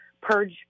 purge